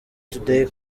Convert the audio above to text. today